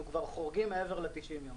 אנחנו כבר חורגים מעבר ל-90 יום.